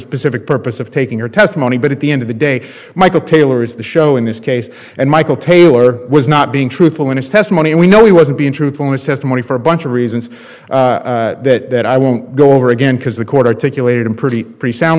specific purpose of taking her testimony but at the end of the day michael taylor is the show in this case and michael taylor was not being truthful in his testimony and we know he wasn't being truthful in a testimony for a bunch of reasons that i won't go over again because the court articulated him pretty pretty sound